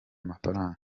mafaranga